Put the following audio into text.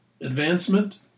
advancement